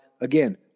again